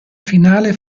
finale